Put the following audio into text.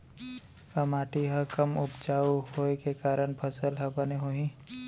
का माटी हा कम उपजाऊ होये के कारण फसल हा बने होही?